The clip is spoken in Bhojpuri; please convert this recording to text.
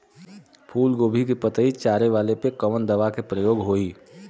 फूलगोभी के पतई चारे वाला पे कवन दवा के प्रयोग होई?